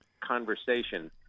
conversation